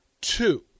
two